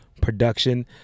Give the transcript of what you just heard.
production